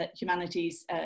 humanities